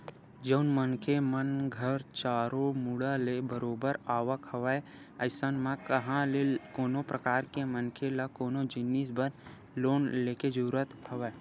जउन मनखे मन घर चारो मुड़ा ले बरोबर आवक हवय अइसन म कहाँ ले कोनो परकार के मनखे ल कोनो जिनिस बर लोन लेके जरुरत हवय